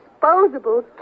disposable